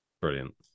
brilliant